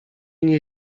nie